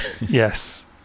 Yes